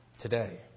today